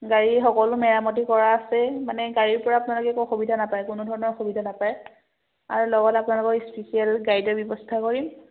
গাড়ী সকলো মেৰামতি কৰা আছে মানে গাড়ীৰ পৰা আপোনালোকে একো সুবিধা নাপায় কোনো ধৰণৰ সুবিধা নাপায় আৰু লগত আপোনালোকৰ স্পেচিয়েল গাাইডৰ ব্যৱস্থা কৰিম